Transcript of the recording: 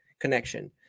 connection